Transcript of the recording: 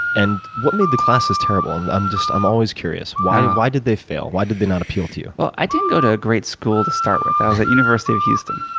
and what made the classes terrible? and um i'm always curious. why did why did they fail? why did they not appeal to you? well, i didn't go to a great school to start with. i was at university of houston.